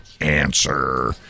Answer